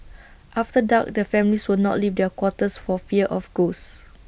after dark the families would not leave their quarters for fear of ghosts